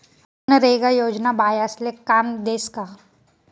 मनरेगा योजना बायास्ले काम देस का?